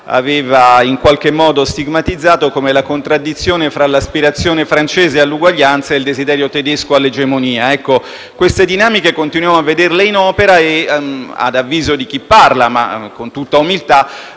aveva in qualche modo stigmatizzato come la contraddizione fra l'aspirazione francese all'uguaglianza e il desiderio tedesco all'egemonia. Ecco, queste dinamiche continuiamo a vederle in opera e, ad avviso di chi parla, ma con tutta umiltà,